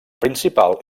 principal